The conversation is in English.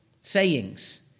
Sayings